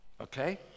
okay